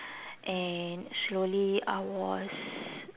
and slowly I was